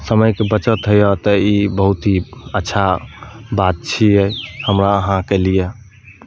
समयके बचत होइया तऽ ई बहुत ही अच्छा बात छियै हमरा अहाँ केलिया